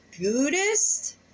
Buddhist